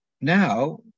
now